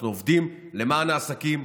אנחנו עובדים למען העסקים,